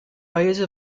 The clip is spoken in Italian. paese